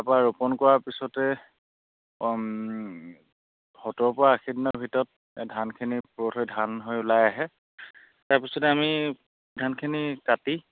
তাপা ৰোপণ কৰাৰ পিছতে সত্তৰ পৰা আশী দিনৰ ভিতৰত ধানখিনি পূৰঠহৈ ধান হৈ ওলাই আহে তাৰপিছতে আমি ধানখিনি কাটি